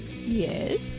yes